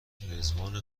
رضوان